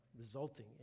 resulting